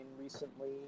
recently